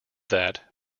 that